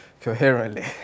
coherently